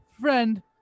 friend